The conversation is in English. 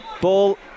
Ball